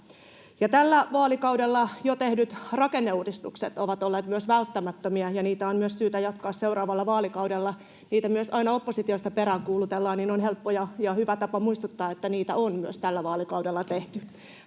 Tällä vaalikaudella jo tehdyt rakenneuudistukset ovat olleet myös välttämättömiä, ja niitä on myös syytä jatkaa seuraavalla vaalikaudella. Kun niitä myös aina oppositiosta peräänkuulutellaan, niin on helppo ja hyvä tapa muistuttaa, että niitä on myös tällä vaalikaudella tehty.